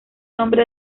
nombre